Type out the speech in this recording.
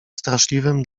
straszliwym